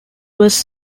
was